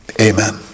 Amen